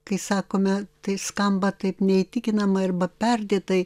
kai sakome tai skamba taip neįtikinamai arba perdėtai